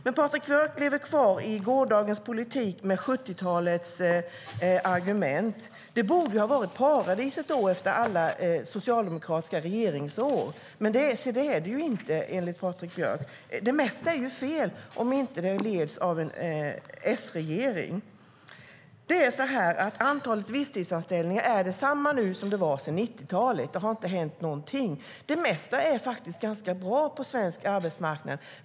Men Patrik Björck lever kvar i gårdagens politik med 70-talets argument. Det borde då ha varit paradiset efter alla socialdemokratiska regeringsår, men se det är det inte enligt Patrik Björck. Det mesta är ju fel om det inte leds av en S-regering. Antalet visstidsanställningar är detsamma nu som det har varit sedan 90-talet. Det har inte hänt någonting. Det mesta är faktiskt ganska bra på svensk arbetsmarknad.